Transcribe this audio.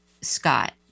Scott